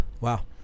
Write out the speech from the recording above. Wow